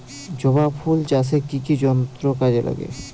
জবা ফুল চাষে কি কি যন্ত্র কাজে লাগে?